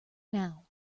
now